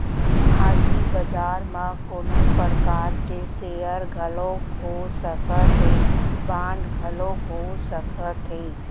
हाजिर बजार म कोनो परकार के सेयर घलोक हो सकत हे, बांड घलोक हो सकत हे